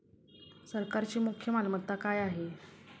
सरकारची मुख्य मालमत्ता काय आहे?